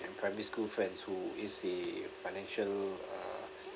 primary school friend who is a financial uh